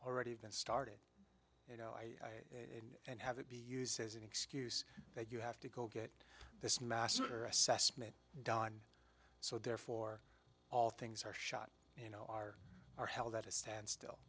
already started you know i in and have it be used as an excuse that you have to go get this massacre assessment done so therefore all things are shot you know are are held at a standstill